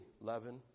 leaven